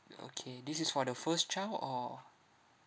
okay this is for the first child or